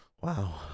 Wow